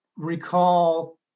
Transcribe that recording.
recall